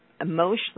emotionally